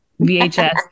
VHS